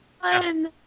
fun